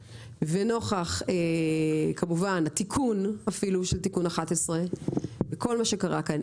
ונוכח התיקון של תיקון 11 וכול מה שקרה כאן,